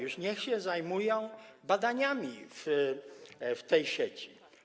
Już niech się zajmują badaniami w tej sieci.